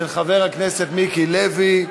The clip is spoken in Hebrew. של חבר הכנסת מיקי לוי.